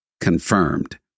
confirmed